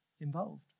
involved